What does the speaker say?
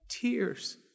Tears